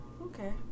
Okay